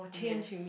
yes